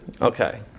Okay